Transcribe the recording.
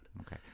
Okay